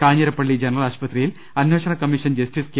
Kanjirappally general ആശുപത്രിയിൽ അന്വേഷണ commission justice K